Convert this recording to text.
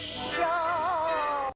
show